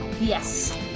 yes